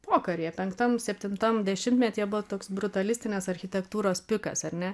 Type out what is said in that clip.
pokaryje penktam septintam dešimtmetyje buvo toks brutalistinės architektūros pikas ar ne